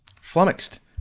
Flummoxed